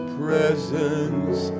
presence